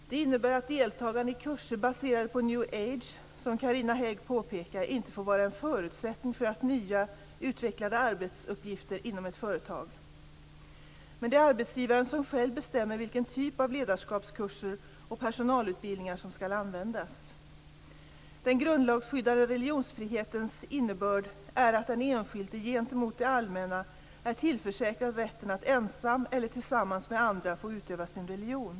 Detta innebär att deltagande i kurser baserade på new age, som Carina Hägg påpekar, inte får vara en förutsättning för att få nya utvecklande arbetsuppgifter inom ett företag. Men det är arbetsgivaren som själv bestämmer vilken typ av ledarskapskurser och personalutbildningar som skall användas. Den grundlagsskyddade religionsfrihetens innebörd är att den enskilde gentemot det allmänna är tillförsäkrad rätten att ensam eller tillsammans med andra få utöva sin religion.